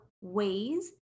ways